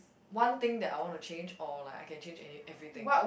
one thing that I want to change or like I can change any everything